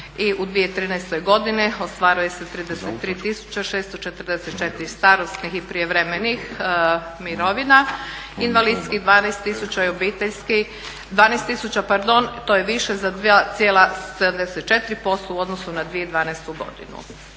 u 2013. godini ostvaruje se 33644 starosnih i prijevremenih mirovina, invalidskih 12000 i obiteljskih. 12000 pardon to je više za 2,74% u odnosu na 2012. godinu.